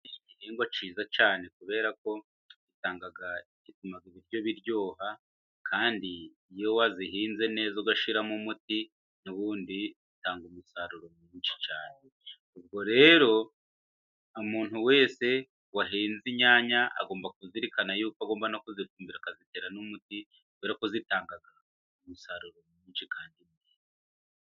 Ni igihingwa cyiza cyane kubera ko gituma ibiryo biryoha kandi iyo wagihinze neza ugashiramo umuti ,n'ubundi bitanga umusaruro mwinshi cyane . Ubwo rero, umuntu wese wahinze inyanya, agomba kuzirikana yuko agomba kuzifumbira akazitera n'umuti ,kubera ko zitanga umusaruro mwinshi kandi mwiza.